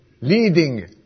leading